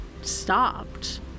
stopped